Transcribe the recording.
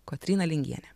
kotryna lingienė